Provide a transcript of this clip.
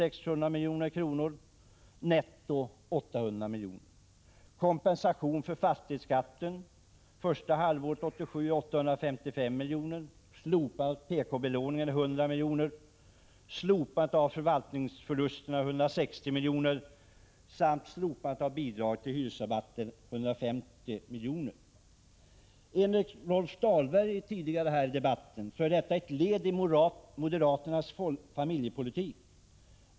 Enligt Rolf Dahlbergs uttalande tidigare i debatten är dessa åtgärder ett led i moderaternas familjepolitik.